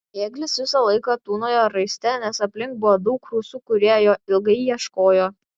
ėglis visą laiką tūnojo raiste nes aplink buvo daug rusų kurie jo ilgai ieškojo